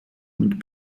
und